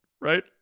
right